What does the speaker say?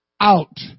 out